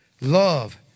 Love